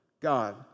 God